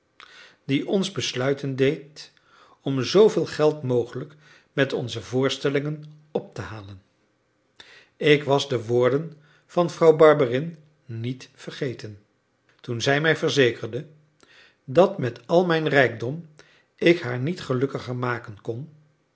die ons besluiten deed om zooveel geld mogelijk met onze voorstellingen op te halen ik was de woorden van vrouw barberin niet vergeten toen zij mij verzekerde dat met al mijn rijkdom ik haar niet gelukkiger maken kon